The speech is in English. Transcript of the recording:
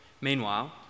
Meanwhile